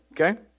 okay